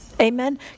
Amen